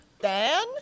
Dan